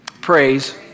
Praise